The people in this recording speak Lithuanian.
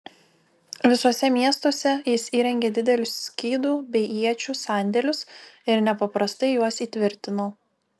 visuose miestuose jis įrengė didelius skydų bei iečių sandėlius ir nepaprastai juos įtvirtino